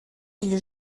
ils